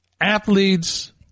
athletes